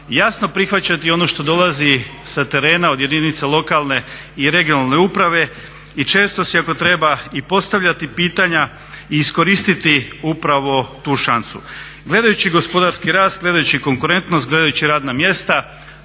jasno prihvaćati ono što dolazi sa terena od jedinica lokalne i regionalne uprave i često ako treba i postavljati pitanja i iskoristiti upravo tu šansu. Gledajući gospodarski rast, gledajući konkurentnost, gledajući radna mjesta,